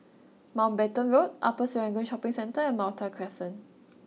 Mountbatten Road Upper Serangoon Shopping Centre and Malta Crescent